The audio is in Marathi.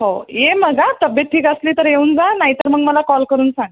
हो ये मग आं तब्येत ठीक असली तर येऊन जा नाही तर मग मला कॉल करून सांग